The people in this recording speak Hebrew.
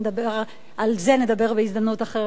על זה נדבר בהזדמנות אחרת.